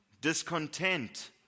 discontent